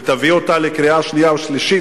ותביא אותה לקריאה שנייה ושלישית,